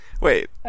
Wait